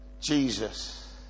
Jesus